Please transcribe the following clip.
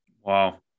Wow